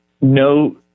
No